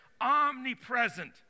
omnipresent